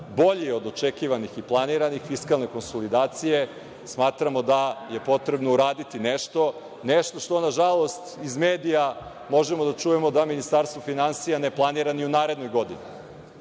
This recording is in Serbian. bolji od očekivanih i planiranih, smatramo da je potrebno uraditi nešto, nešto što nažalost iz medija možemo da čujemo da Ministarstvo finansija ne planira ni u narednoj godini.